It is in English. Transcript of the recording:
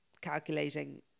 calculating